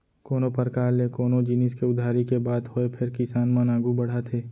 कोनों परकार ले कोनो जिनिस के उधारी के बात होय फेर किसान मन आघू बढ़त हे